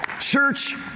Church